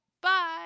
Bye